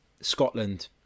Scotland